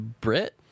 Brit